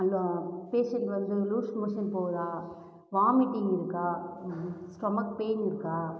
patient வந்து loose motion போகுதா vomiting இருக்கா ஸ்டொமக் பெயின் இருக்கா